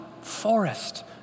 forest